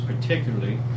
Particularly